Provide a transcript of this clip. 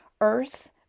earth